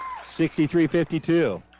63-52